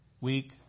week